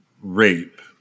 rape